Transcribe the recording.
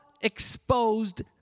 exposed